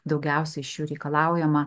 daugiausiai šių reikalaujama